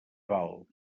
val